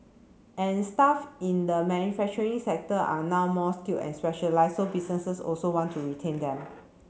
and staff in the manufacturing sector are now more skilled and specialised so businesses also want to retain them